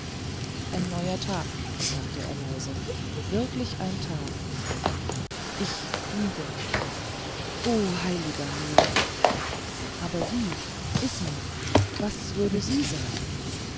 ein neuer tag sagte er leise wirklich ein tag ich fliege oheiliger nu aber sie isma was würde sie sagen